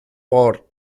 por